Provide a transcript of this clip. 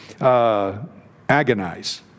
Agonize